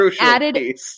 added